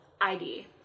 id